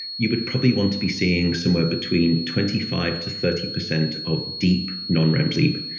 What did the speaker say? you would probably want to be seeing somewhere between twenty five to thirty percent of deep non-rem sleep.